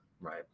right